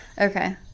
okay